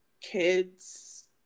kids